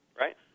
right